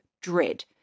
dread